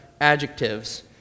adjectives